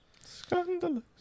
Scandalous